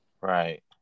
right